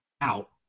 out